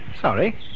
Sorry